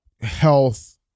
health